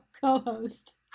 Co-host